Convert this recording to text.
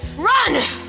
Run